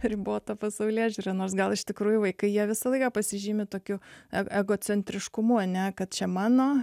ribota pasaulėžiūra nors gal iš tikrųjų vaikai jie visą laiką pasižymi tokiu egocentriškumu ane kad čia mano